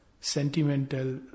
sentimental